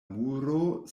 muro